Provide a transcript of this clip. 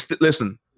Listen